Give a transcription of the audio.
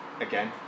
again